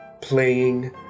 playing